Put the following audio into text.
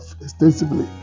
extensively